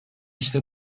işte